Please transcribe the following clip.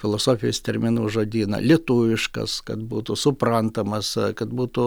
filosofijos terminų žodyną lietuviškas kad būtų suprantamas kad būtų